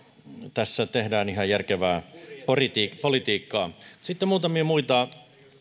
tässä tehdään ihan järkevää politiikkaa politiikkaa sitten muutamia muita